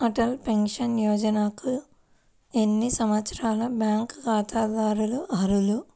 Atal pension యోజనకు ఎన్ని సంవత్సరాల బ్యాంక్ ఖాతాదారులు అర్హులు?